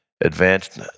advanced